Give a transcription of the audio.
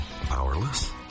powerless